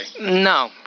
No